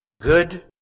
good